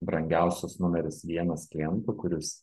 brangiausias numeris vienas klientu kuris